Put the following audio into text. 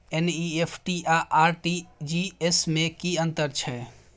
NEFT आ RTGS में की अन्तर छै?